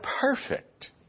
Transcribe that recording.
perfect